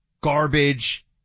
garbage